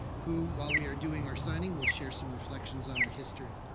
who, while we are doing our signing, will share some reflections on our history.